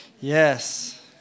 Yes